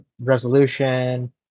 resolution